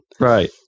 Right